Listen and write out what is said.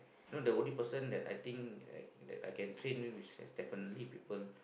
not the only person that I think that I can train is definitely people